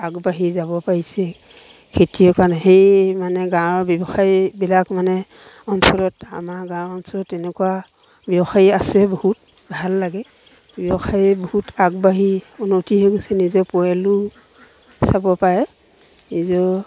আগবাঢ়ি যাব পাৰিছে খেতিয়কৰ কাৰণে সেই মানে গাঁৱৰ ব্যৱসায়ীবিলাক মানে অঞ্চলত আমাৰ গাঁৱৰ অঞ্চলত তেনেকুৱা ব্যৱসায়ী আছে বহুত ভাল লাগে ব্যৱসায়ী বহুত আগবাঢ়ি উন্নতি হৈ গৈছে নিজে পৰিয়লো চাব পাৰে নিজৰ